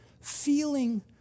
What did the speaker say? feeling